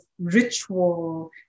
ritual